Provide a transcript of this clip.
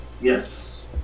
Yes